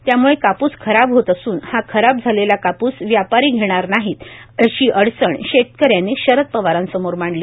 त्यामुळे कापूस खराब होत असून हा खराब झालेला कापूस व्यापारी घेणार नाही अशी अडचण शेतकऱ्यांनी शरद पवारांसमोर मांडली